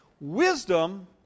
Wisdom